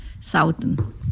Southern